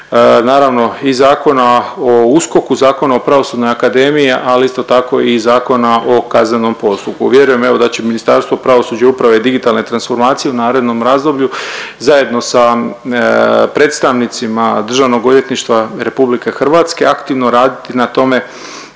naravno i Zakona o USKOK-u, Zakona o Pravosudnoj akademiji, ali isto tako i Zakona o kaznenom postupku. Vjerujem evo da će Ministarstvo pravosuđa i uprave i digitalne transformacije u narednom razdoblju zajedno sa predstavnicima Državnog odvjetništva Republike Hrvatske aktivno raditi na tome